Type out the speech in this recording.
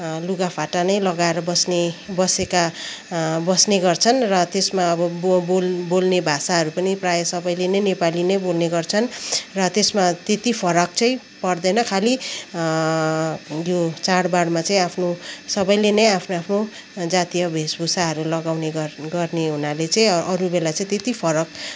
लुगाफाटा नै लगाएर बस्ने बसेका बस्ने गर्छन् र त्यसमा अब बो बोल् बोल्ने भाषाहरू पनि प्रायः सबैले नै नेपाली नै बोल्ने गर्छन् र त्यसमा त्यति फरक चाहिँ पर्दैन खालि यो चाडबाडमा चाहिँ आफ्नो सबैले नै आफ्नो आफ्नो जातीय वेशभूषाहरू लगाउने गर् गर्ने हुनाले चाहिँ अरू बेला चाहिँ त्यति फरक